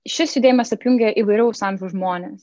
šis judėjimas apjungia įvairaus amžiaus žmones